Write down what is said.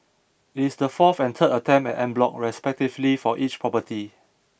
it is the fourth and third attempt at en bloc respectively for each property